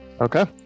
Okay